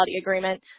agreement